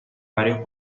varios